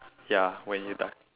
ya when you die